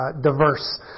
diverse